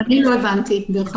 גם אני לא הבנתי, דרך אגב.